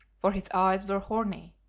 for his eyes were horny,